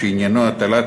התשע"ג 2013,